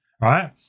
Right